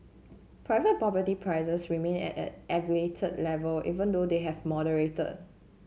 private property prices remained at an elevated level even though they have moderated